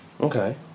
Okay